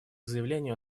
заявлению